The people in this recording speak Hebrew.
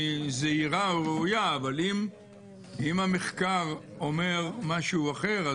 היא זהירה או ראויה אבל אם המחקר אומר משהו אחר,